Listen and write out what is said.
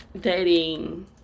dating